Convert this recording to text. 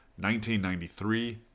1993